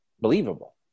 believable